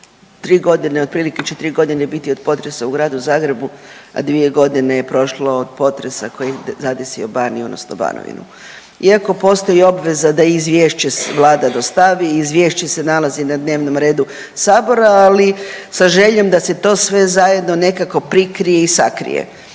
godine, otprilike će tri godine biti od potresa u gradu Zagrebu, a dvije godine je prošlo od potresa koji je zadesio Baniju odnosno Banovinu. Iako postoji obveza da izvješće Vlada dostavi, izvješće se nalazi na dnevnom redu Sabora ali sa željom da se to sve zajedno nekako prikrije i sakrije.